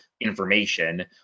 information